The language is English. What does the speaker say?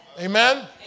Amen